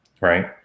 right